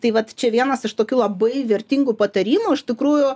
tai vat čia vienas iš tokių labai vertingų patarimų iš tikrųjų